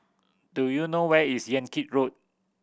do you know where is Yan Kit Road